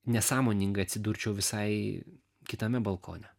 nesąmoningai atsidurčiau visai kitame balkone